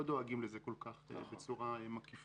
הם לא דואגים לזה כל כך ובצורה מקיפה.